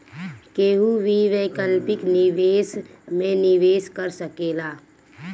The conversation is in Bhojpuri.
केहू भी वैकल्पिक निवेश में निवेश कर सकेला